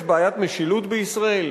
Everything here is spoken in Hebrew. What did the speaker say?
יש בעיית משילות בישראל?